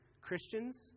Christians